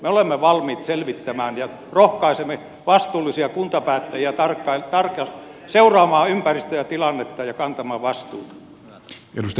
me olemme valmiit selvittämään ja rohkaisemme vastuullisia kuntapäättäjiä seuraamaan ympäristöä ja tilannetta ja kantamaan vastuuta